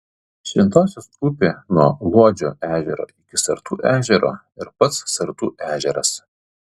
šventosios upė nuo luodžio ežero iki sartų ežero ir pats sartų ežeras